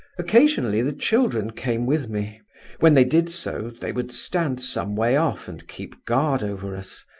occasionally the children came with me when they did so, they would stand some way off and keep guard over us,